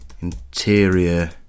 Interior